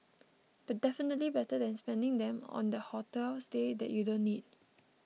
definitely better than spending them on that hotel stay that you don't need